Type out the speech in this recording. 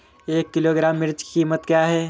एक किलोग्राम मिर्च की कीमत क्या है?